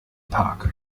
park